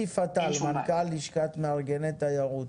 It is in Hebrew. יוסי פתאל, מנכ"ל לשכת מארגני תיירות.